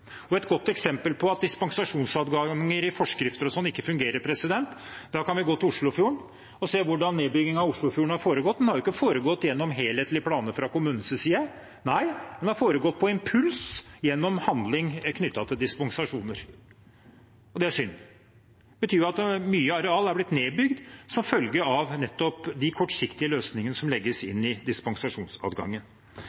et godt eksempel på at dispensasjonsadgangen i forskrifter ikke fungerer, kan vi gå til Oslofjorden og se hvordan nedbyggingen langs Oslofjorden har foregått. Den har ikke foregått gjennom helhetlige planer fra kommunenes side, den har foregått på impuls gjennom handling knyttet til dispensasjoner. Det er synd. Det betyr at mye areal er blitt nedbygd som følge av nettopp de kortsiktige løsningene som legges